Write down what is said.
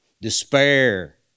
despair